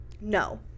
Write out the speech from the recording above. no